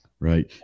Right